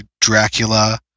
Dracula